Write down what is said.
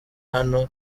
hano